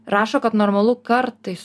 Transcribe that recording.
rašo kad normalu kartais